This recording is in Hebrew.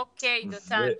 אוקיי, דותן,